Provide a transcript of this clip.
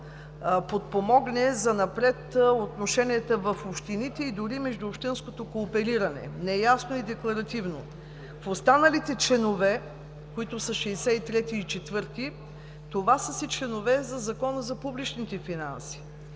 подпомогне занапред отношенията в общините и дори междуобщинското коопериране – неясно и декларативно. В останалите членове, които са 63 и 64 – това са си членове за Закона за публичните финанси.